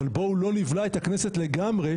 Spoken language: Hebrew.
אבל בואו לא נבלע את הכנסת לגמרי.